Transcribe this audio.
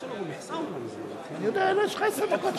יש לנו, אני יודע, יש לך עשר דקות.